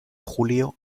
julio